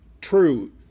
true